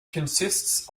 consists